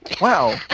Wow